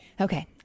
Okay